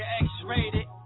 X-rated